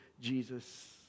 Jesus